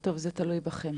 טוב, זה תלוי בכם.